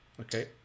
Okay